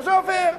זה עובר.